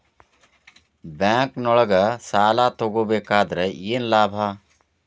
ಬ್ಯಾಂಕ್ನೊಳಗ್ ಸಾಲ ತಗೊಬೇಕಾದ್ರೆ ಏನ್ ಲಾಭ?